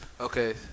Okay